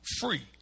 free